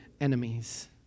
enemies